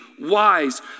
wise